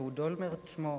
אהוד אולמרט שמו,